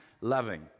loving